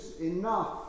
enough